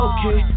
Okay